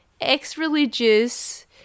ex-religious